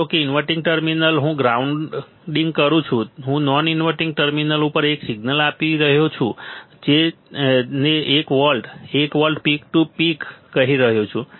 ધારો કે inverting terminal હું ગ્રાઉન્ડિંગ કરું છું હું નોન ઇન્વર્ટીંગ ટર્મિનલ ઉપર એક સિગ્નલ આપી રહ્યો છું જે ને 1 volt 1 volt peak to peak કહી રહ્યો છું